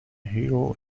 hero